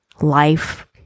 life